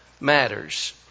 matters